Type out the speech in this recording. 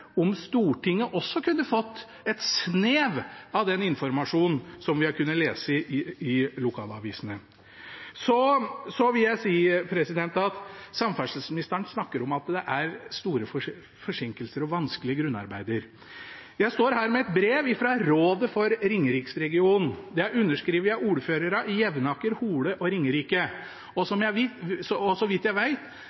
om Stortinget også kunne fått et snev av den informasjonen vi har kunnet lese i lokalavisene. Samferdselsministeren snakker om at det er store forsinkelser og vanskelige grunnarbeider. Jeg står her med et brev fra Rådet for Ringeriksregionen. Det er underskrevet av ordførerne i Jevnaker, Hole og Ringerike. Så vidt jeg vet, er det både rød farge og